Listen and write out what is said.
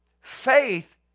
faith